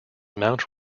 mount